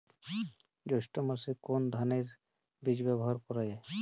জৈষ্ঠ্য মাসে কোন ধানের বীজ ব্যবহার করা যায়?